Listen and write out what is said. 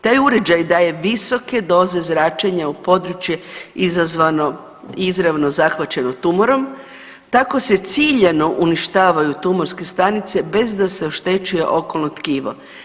Taj uređaj daje visoke doze zračenja u područje izazvano izravno zahvaćeno tumorom, tako se ciljano uništavaju tumorske stanice bez da se oštećuje okolno tkivo.